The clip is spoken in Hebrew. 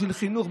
בשביל חינוך,